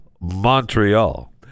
Montreal